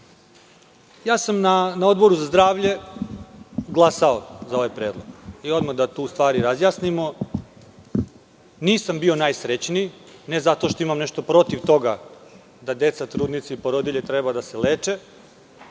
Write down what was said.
ja sam na Odboru za zdravlje glasao za ovaj predlog. Nisam bio najsrećniji, ne zato što imam nešto protiv toga da deca, trudnice i porodilje treba da se leče,